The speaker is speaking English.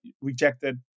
rejected